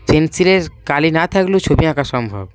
পেন্সিলের কালি না থাকলেও ছবি আঁকা সম্ভব